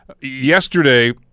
yesterday